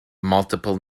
multiple